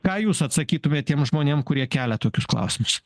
ką jūs atsakytumėt tiem žmonėm kurie kelia tokius klausimus